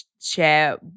share